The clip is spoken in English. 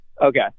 Okay